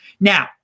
Now